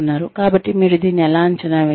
కాబట్టి మీరు దీన్ని ఎలా అంచనా వేస్తారు